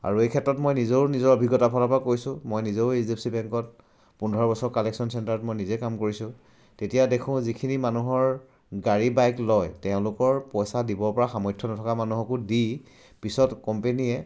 আৰু এই ক্ষেত্ৰত মই নিজৰো নিজৰ অভিজ্ঞতাৰ ফালৰপৰা কৈছোঁ মই নিজেও এইচ ডি এফ চি বেংকত পোন্ধৰ বছৰ কালেকশ্যন চেণ্টাৰত মই নিজে কাম কৰিছোঁ তেতিয়া দেখোঁ যিখিনি মানুহৰ গাড়ী বাইক লয় তেওঁলোকৰ পইচা দিবপৰা সামৰ্থ্য নথকা মানুহকো দি পিছত কোম্পেনীয়ে